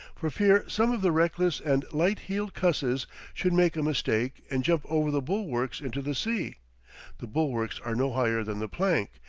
for fear some of the reckless and light-heeled cusses should make a mistake and jump over the bulwarks into the sea the bulwarks are no higher than the plank,